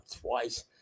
twice